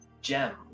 gem